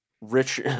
rich